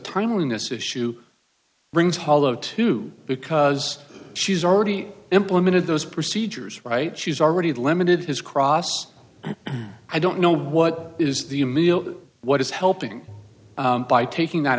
time when this issue rings hollow too because she's already implemented those procedures right she's already limited his cross i don't know what is the meal what is helping by taking that